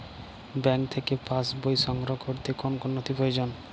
Bank থেকে pass বই সংগ্রহ করতে কোন কোন নথি প্রয়োজন?